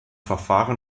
verfahren